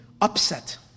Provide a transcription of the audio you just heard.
upset